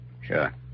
Sure